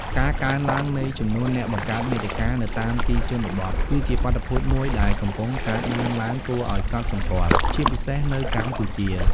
ការកើនឡើងនៃចំនួន អ្នកបង្កើតមាតិកានៅតាមទីជនបទ គឺជាបាតុភូតមួយដែលកំពុងកើតមានឡើងគួរឱ្យកត់សម្គាល់ ជាពិសេសនៅកម្ពុជា។